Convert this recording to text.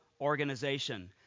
organization